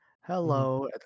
Hello